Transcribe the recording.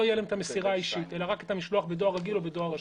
תהיה להם המסירה האישית אלא רק המשלוח בדואר רגיל או רשום,